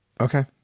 Okay